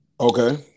okay